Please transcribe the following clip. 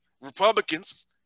Republicans